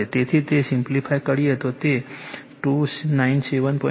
તેથી તે સિંપ્લિફાય કરીએ તો તે 297